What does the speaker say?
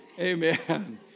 Amen